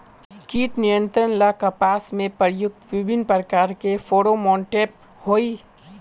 कीट नियंत्रण ला कपास में प्रयुक्त विभिन्न प्रकार के फेरोमोनटैप होई?